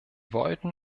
wollten